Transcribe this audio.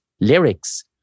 lyrics